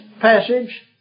passage